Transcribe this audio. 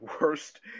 worst